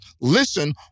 Listen